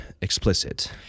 explicit